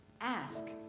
Ask